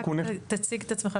רק תציג את עצמך לפרוטוקול.